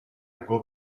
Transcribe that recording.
will